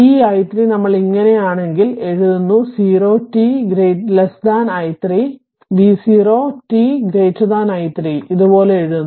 ഈ i3 നമ്മൾ ഇങ്ങനെയാണെങ്കിൽ എഴുതുന്നു 0 t i3 v0 t i3 ഇതുപോലെ എഴുതുന്നു